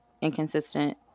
inconsistent